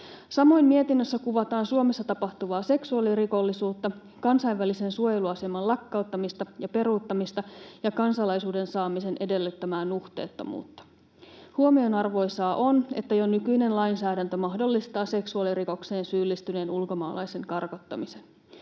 Samoin mietinnössä kuvataan Suomessa tapahtuvaa seksuaalirikollisuutta, kansainvälisen suojeluaseman lakkauttamista ja peruuttamista ja kansalaisuuden saamisen edellyttämää nuhteettomuutta. Huomionarvoisaa on, että jo nykyinen lainsäädäntö mahdollistaa seksuaalirikokseen syyllistyneen ulkomaalaisen karkottamisen.